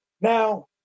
Now